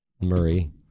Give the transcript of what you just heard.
Murray